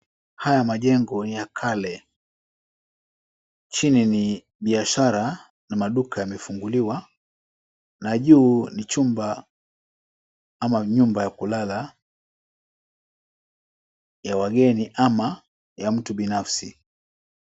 Haya majengo ni ya kale. Chini ni biashara na maduka yamefunguliwa na juu ni chumba ama nyumba ya kulala ya wageni ama ya mtu binafsi.